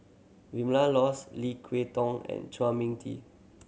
Vilma Laus Lim Kay Tong and Chua Mia Tee